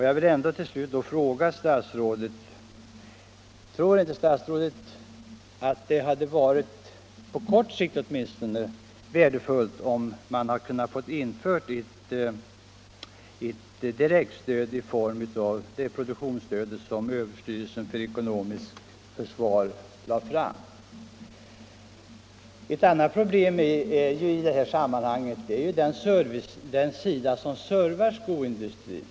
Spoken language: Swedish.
Jag vill ställa följande fråga till statsrådet: Tror inte statsrådet att det hade varit, på kort sikt åtminstone, värdefullt om man hade infört ett direktstöd i form av ett sådant produktionsstöd som överstyrelsen för ekonomiskt försvar lade fram? Ett annat problem i det här sammanhanget är den del av näringslivet som betjänar skoindustrin.